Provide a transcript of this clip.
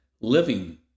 Living